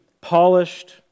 polished